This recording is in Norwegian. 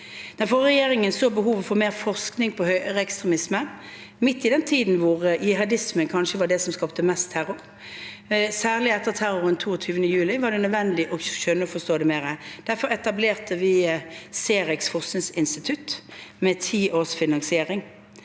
Den forrige regjeringen så behovet for mer forskning på høyreekstremisme midt i den tiden hvor jihadisme kanskje var det som skapte mest terror. Særlig etter terroren 22. juli var det nødvendig å forstå det mer. Derfor etablerte vi C-REX forskningsinstitutt med ti års finansiering.